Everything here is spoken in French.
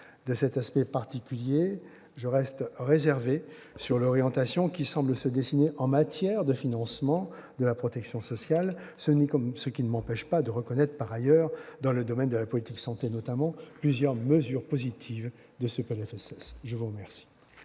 de cet aspect particulier, je reste réservé sur l'orientation qui semble se dessiner en matière de financement de la protection sociale, ce qui ne m'empêche pas de reconnaître par ailleurs, dans le domaine de la politique de santé notamment, plusieurs mesures positives de ce PLFSS. Nous passons